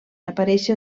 aparèixer